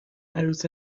عروس